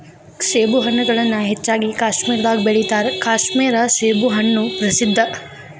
ಸೇಬುಹಣ್ಣುಗಳನ್ನಾ ಹೆಚ್ಚಾಗಿ ಕಾಶ್ಮೇರದಾಗ ಬೆಳಿತಾರ ಕಾಶ್ಮೇರ ಸೇಬುಹಣ್ಣು ಪ್ರಸಿದ್ಧ